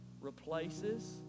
replaces